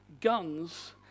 guns